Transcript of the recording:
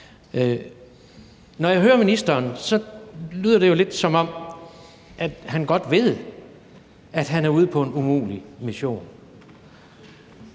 Når jeg hører ministeren, lyder det jo lidt, som om han godt ved, at han er ude på en umulig mission.